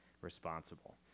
responsible